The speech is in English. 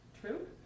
true